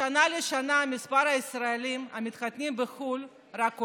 משנה לשנה מספר הישראלים המתחתנים בחו"ל רק עולה.